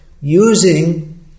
using